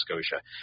Scotia